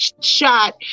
shot